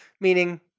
meaning